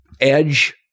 Edge